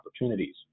opportunities